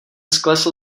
sklesl